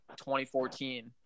2014